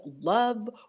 love